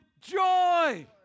joy